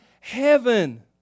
heaven